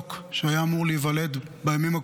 התינוק שהיה אמור להיוולד בימים הקרובים,